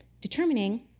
determining